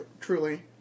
Truly